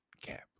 cap